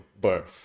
birth